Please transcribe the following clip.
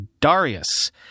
Darius